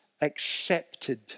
accepted